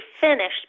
finished